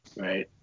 right